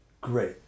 great